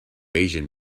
asian